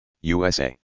USA